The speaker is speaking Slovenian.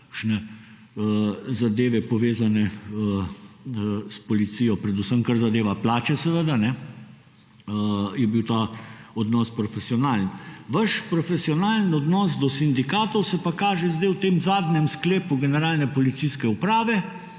zadeve povezane s policijo, predvsem kar zadeva plače, seveda, je bil ta odnos profesionalen. Vaš profesionalen odnos do sindikatov se pa kaže sedaj v tem zadnjem sklepu generalne policijske uprave,